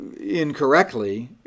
incorrectly